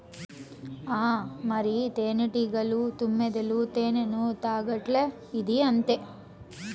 ఆ మరి, తేనెటీగలు, తుమ్మెదలు తేనెను తాగట్లా, ఇదీ అంతే